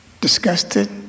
disgusted